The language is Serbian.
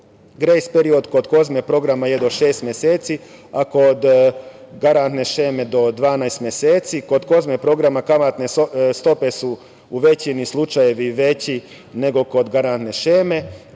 period kod KOZME programa je do šest meseci, a kod garantne šeme do 12 meseci. Kod KOZME programa stope su u većini slučajeva veće, nego kod garantne šeme,